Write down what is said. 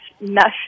mesh